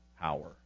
power